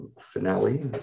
finale